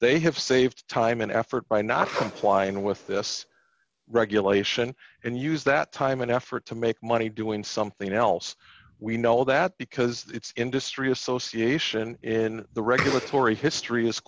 they have saved time and effort by not implying with this regulation and use that time and effort to make money doing something else we know that because it's industry association in the regulatory history